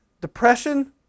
depression